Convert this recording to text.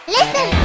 Listen